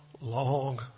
long